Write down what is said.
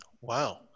wow